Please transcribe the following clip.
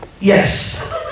Yes